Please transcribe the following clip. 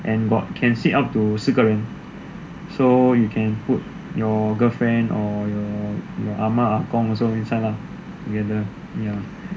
and got can seat up to 四个人 so you can put your girlfriend or your ah ma ah gong also inside lah together